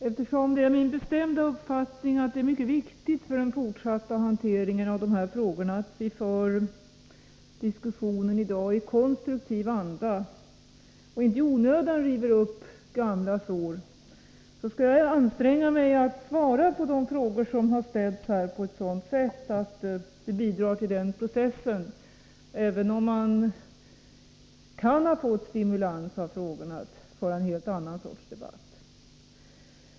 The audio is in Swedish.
Eftersom det är min bestämda uppfattning att det är mycket viktigt för den fortsatta hanteringen av de här frågorna att vi för diskussionen i dag i konstruktiv anda och inte i onödan river upp gamla sår, skall jag anstränga mig att svara på de frågor som har ställts på ett sådant sätt att det bidrar till den processen, även om man kan ha fått stimulans av frågorna att föra en helt annan sorts debatt.